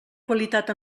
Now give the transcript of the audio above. qualitat